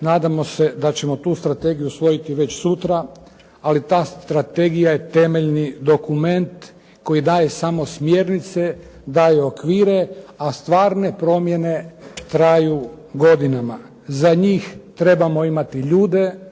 nadamo se da ćemo tu Strategiju usvojiti već sutra, ali ta Strategija je temeljni dokument koji daje samo smjernice, daje okvire ali stvarne promjene traju godinama. Za njih trebamo imati ljude,